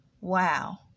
Wow